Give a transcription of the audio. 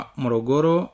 morogoro